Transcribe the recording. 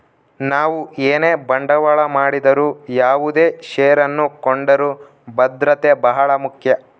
ನಾವು ಏನೇ ಬಂಡವಾಳ ಮಾಡಿದರು ಯಾವುದೇ ಷೇರನ್ನು ಕೊಂಡರೂ ಭದ್ರತೆ ಬಹಳ ಮುಖ್ಯ